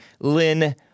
Lynn